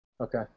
Okay